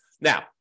Now